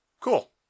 Cool